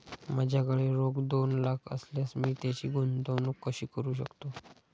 माझ्याकडे रोख दोन लाख असल्यास मी त्याची गुंतवणूक कशी करू शकतो?